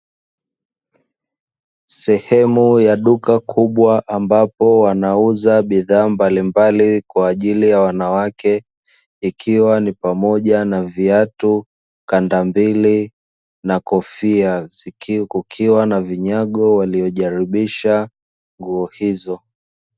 Sehemu ya duka kubwa ambapo wanauza bidhaa mbalimbali kwa ajili ya wanawake ikiwa ni pamoja na viatu, kanda mbili na kofia kukiwa na vinyago waliojaribisha nguo hizo.